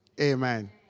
Amen